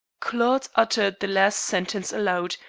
claude uttered the last sentence aloud,